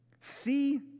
See